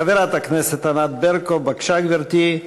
חברת הכנסת ענת ברקו, בבקשה, גברתי.